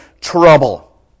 trouble